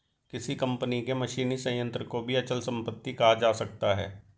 किसी कंपनी के मशीनी संयंत्र को भी अचल संपत्ति कहा जा सकता है